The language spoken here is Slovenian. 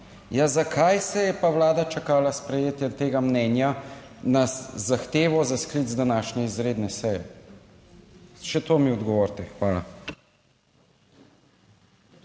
zakaj se je pa Vlada čakala s sprejetjem tega mnenja na zahtevo za sklic današnje izredne seje. Še to mi odgovorite. Hvala.